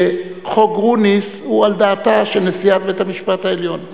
שחוק גרוניס הוא על דעתה של נשיאת בית-המשפט העליון.